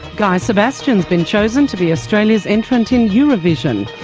guy sebastian has been chosen to be australia's entrant in eurovision.